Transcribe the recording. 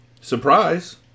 Surprise